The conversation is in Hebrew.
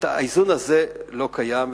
האיזון הזה לא קיים.